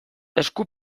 esku